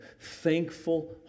thankful